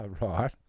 Right